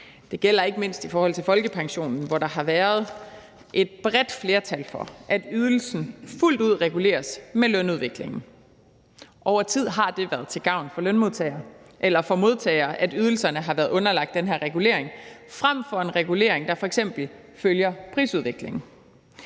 Det gælder ikke mindst i forhold til folkepensionen, hvor der har været et bredt flertal for, at ydelsen fuldt ud reguleres med lønudviklingen. Over tid har det været til gavn for modtagerne, at ydelserne har været underlagt den her regulering frem for en regulering, der f.eks. følger prisudviklingen.